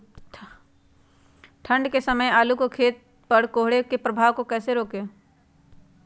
ठंढ के समय आलू के खेत पर कोहरे के प्रभाव को कैसे रोके?